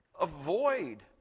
Avoid